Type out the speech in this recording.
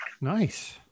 Nice